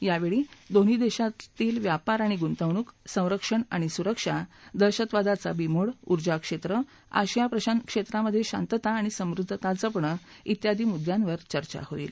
यावेळी दोन्ही देशातील व्यापार आणि गुंतवणूक संरक्षण आणि सुरक्षा दहशतवादाचा बिमोड ऊर्जा क्षेत्र आशिया प्रशांत क्षेत्रामधे शांतता आणि समृद्धता जपणं व्यादी मुद्यांवर चर्चा होईल